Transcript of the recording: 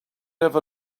ever